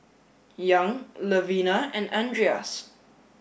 young Levina and Andreas